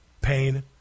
pain